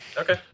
Okay